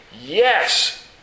Yes